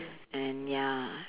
and ya